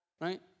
right